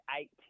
eight